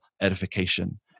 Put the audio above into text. edification